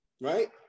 right